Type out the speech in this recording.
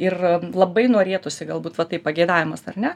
ir labai norėtųsi galbūt va taip pageidavimas ar ne